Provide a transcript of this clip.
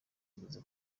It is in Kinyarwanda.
ageze